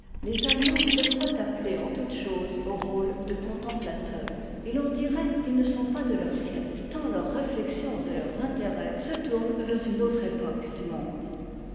les allemands se croient appelés en toutes choses au rôle de contemplateurs et l'on dirait qu'ils ne sont pas de leur siècle tant leurs réflexions et leur intérêt se tournent vers une autre époque du monde